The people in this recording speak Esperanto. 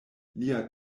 lia